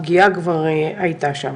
הפגיעה כבר הייתה שם.